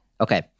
Okay